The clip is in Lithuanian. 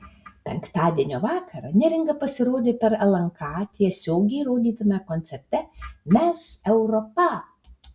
penktadienio vakarą neringa pasirodė per lnk tiesiogiai rodytame koncerte mes europa